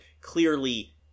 clearly